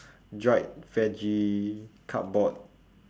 dried veggie cardboard